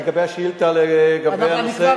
לגבי השאילתא לגבי הנושא,